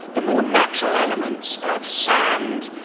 the more natural elements of sand,